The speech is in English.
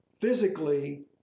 physically